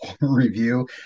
review